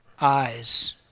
eyes